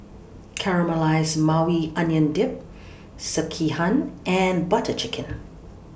Caramelized Maui Onion Dip Sekihan and Butter Chicken